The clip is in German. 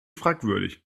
fragwürdig